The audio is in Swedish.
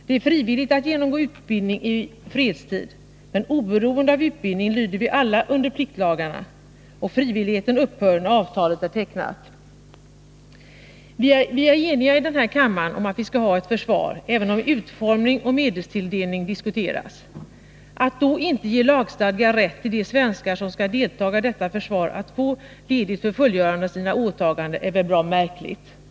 Det är frivilligt att genomgå utbildning i fredstid, men oberoende av utbildning lyder vi alla under pliktlagarna, och frivilligheten upphör när avtalet är tecknat. Vi är i denna kammare eniga om att vi skall ha ett försvar, även om utformning och medelstilldelning diskuteras. Att då inte ge lagstadgad rätt till de svenskar som skall deltaga i detta försvar att få ledigt för fullgörande av sina åtaganden är väl ett ganska märkligt förfarande.